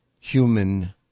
human